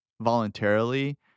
voluntarily